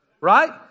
Right